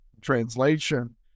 translation